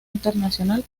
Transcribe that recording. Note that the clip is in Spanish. internacional